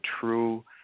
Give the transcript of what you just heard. true